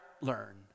learn